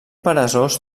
peresós